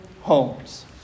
homes